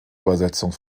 übersetzung